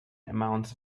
amounts